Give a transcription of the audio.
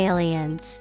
Aliens